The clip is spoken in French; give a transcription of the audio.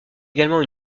également